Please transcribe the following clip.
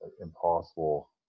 impossible